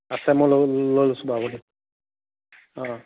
আছে মই লৈ লৈ লৈছো বাৰু হ'ব দে